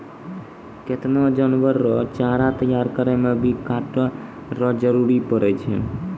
केतना जानवर रो चारा तैयार करै मे भी काटै रो जरुरी पड़ै छै